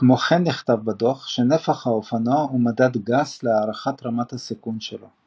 כמו כן נכתב בדו"ח שנפח האופנוע הוא מדד גס להערכת רמת הסיכון שלו,